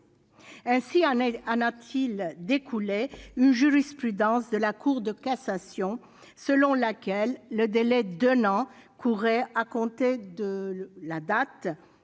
Ainsi en a-t-il découlé une jurisprudence de la Cour de cassation selon laquelle le délai d'un an courait à compter de la date de